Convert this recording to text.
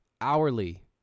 hourly